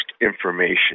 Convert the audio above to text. information